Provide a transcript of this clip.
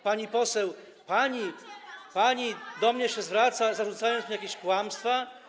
Pani poseł, pani do mnie się zwraca, zarzucając mi jakieś kłamstwa?